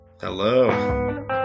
hello